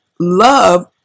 love